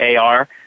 AR